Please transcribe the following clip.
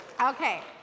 okay